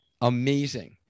amazing